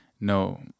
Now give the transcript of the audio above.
no